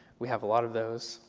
we had a lot of those.